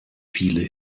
viele